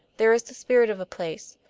there is the spirit of a place,